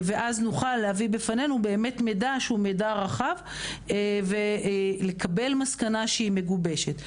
אז נוכל להביא מידע רחב ולקבל מסקנה מגובשת.